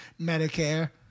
Medicare